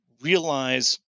realize